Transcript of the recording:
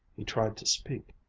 he tried to speak,